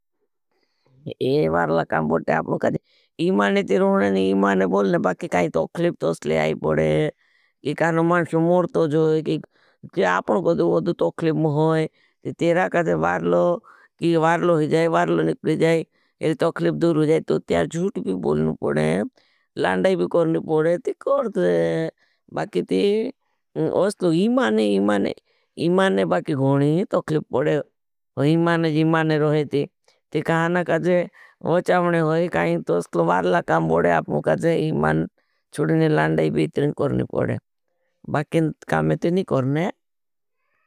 ये वारला काम बोलते हैं, इमाने ती रहने नहीं, इमाने बोलने, बाकि काई तोखलिप तो असले आई पड़े। कि काई मानश्यों मुरतो जोए, जो आपने के लिए तोखलिप होते हैं, तो तेरा कासे वारलो। कि वारलो हो जाए, वारलो निकल जाए, तो तोखलिप दूर हो जाए, तो तया जूत भी बोलने पड़े, लांडाई भी करने पड़े। ती करते हैं, बाकि ती असले इमाने, इमाने, बाकि गोने नहीं तोखलि करने पड़े, बाकि कामे तो नहीं करने ।